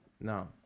No